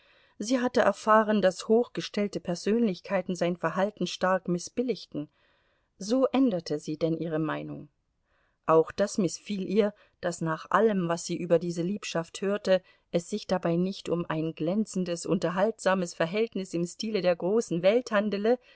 sie hatte erfahren daß hochgestellte persönlichkeiten sein verhalten stark mißbilligten so änderte sie denn ihre meinung auch das mißfiel ihr daß nach allem was sie über diese liebschaft hörte es sich dabei nicht um ein glänzendes unterhaltsames verhältnis im stile der großen welt handele